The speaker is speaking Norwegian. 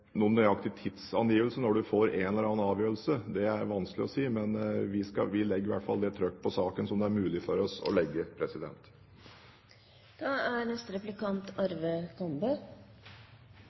Noen nøyaktig tidsangivelse for når man får en eller annen avgjørelse, er vanskelig å si, men vi legger i hvert fall et så stort trøkk på saken som det er mulig for oss.